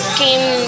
came